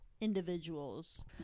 individuals